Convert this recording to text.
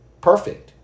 perfect